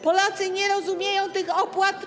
Polacy nie rozumieją tych opłat.